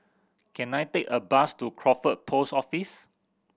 can I take a bus to Crawford Post Office